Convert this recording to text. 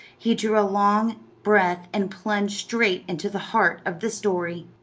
he drew a long breath and plunged straight into the heart of the story.